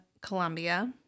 Colombia